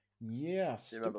Yes